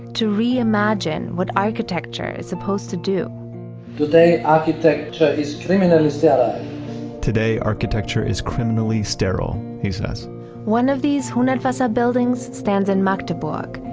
to reimagine what architecture is supposed to do today architecture is criminally sterile so today architecture is criminally sterile, he says one of these hundertwasser buildings stands in magdeburg,